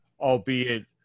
albeit